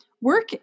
work